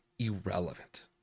Irrelevant